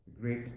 Great